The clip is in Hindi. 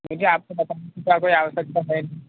देखिए आपको बताने की कोई आवश्यकता है नहीं